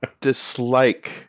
dislike